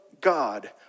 God